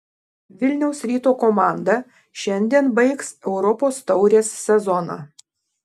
vilniaus ryto komanda šiandien baigs europos taurės sezoną